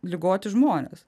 ligoti žmonės